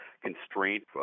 constraint